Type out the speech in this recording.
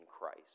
Christ